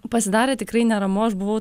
pasidarė tikrai neramu aš buvau